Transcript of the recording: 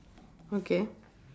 okay